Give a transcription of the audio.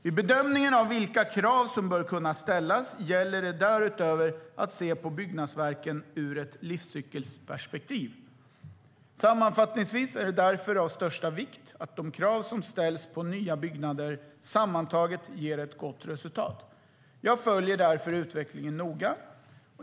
Vid bedömningen av vilka krav som bör kunna ställas gäller det därutöver att se på byggnadsverken ur ett livscykelperspektiv. Sammanfattningsvis är det därför av största vikt att de krav som ställs på nya byggnader sammantaget ger ett gott resultat. Jag följer därför utvecklingen noga.